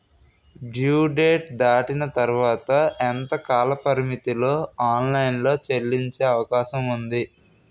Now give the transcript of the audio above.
Due date దాటిన తర్వాత ఎంత కాలపరిమితిలో ఆన్ లైన్ లో చెల్లించే అవకాశం వుంది?